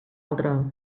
altra